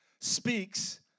speaks